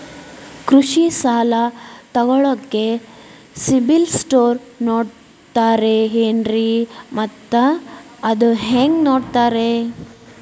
ಕೃಷಿ ಸಾಲ ತಗೋಳಿಕ್ಕೆ ಸಿಬಿಲ್ ಸ್ಕೋರ್ ನೋಡ್ತಾರೆ ಏನ್ರಿ ಮತ್ತ ಅದು ಹೆಂಗೆ ನೋಡ್ತಾರೇ?